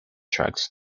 tracts